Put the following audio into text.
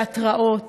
תיאטראות,